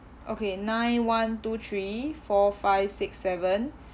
okay nine one two three four five six seven